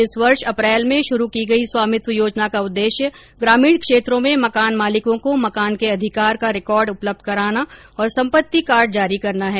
इस वर्ष अप्रैल में शुरू की गई स्वामित्व योजना का उद्देश्य ग्रामीण क्षेत्रों में मकान मालिकों को मकान के अधिकार का रिकॉर्ड उपलब्ध कराना और संपत्ति कार्ड जारी करना है